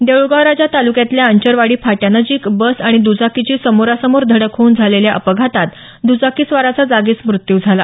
देऊळगाव राजा ताल्क्यातल्या अंचरवाडी फाट्यानजीक बस आणि दुचाकीची समोरासमोर धडक होऊन झालेल्या अपघातात दुचाकीस्वाराचा जागीच मृत्यू झाला